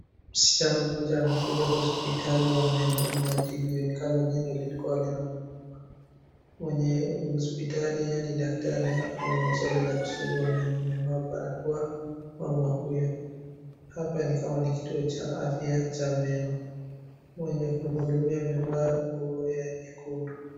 Msichana mmoja amekuja hospitali ya meno ili atibiwe, ni kama jino lilikua linamuuma. Mwenye hospitali yani daktari anamwonyesha vile ya kusugua meno. Amevaa barakoa mama huyo. hapa ni kama ni kituo cha afya cha meno. Mwenye kuhumdumia mevaa nguo ya nyekundu.